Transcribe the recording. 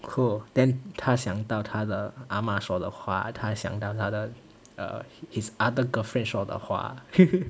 cool then 他想到他的阿嬷说的话他想到他的 his other girlfriend 说的话